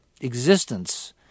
existence